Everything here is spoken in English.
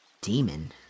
demon